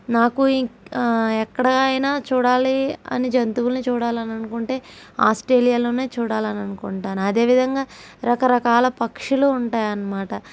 నాకు ఇక ఎక్కడైనా చూడాలి అని జంతువులు చూడాలి అనుకుంటే ఆస్ట్రేలియాలోనే చూడాలని అనుకుంటాను అదే విధంగా రకరకాల పక్షులు ఉంటాయి అన్నమాట